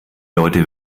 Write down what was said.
leute